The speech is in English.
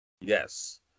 Yes